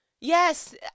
yes